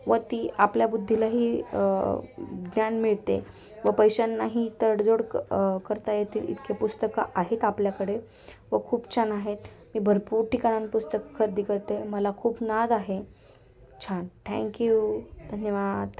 व ती आपल्या बुद्धीलाही ज्ञान मिळते व पैशांनाही तडजोड करता येतील इतके पुस्तकं आहेत आपल्याकडे व खूप छान आहेत मी भरपूर ठिकाणं पुस्तकं खरेदी करते मला खूप नाद आहे छान थँक्यू धन्यवाद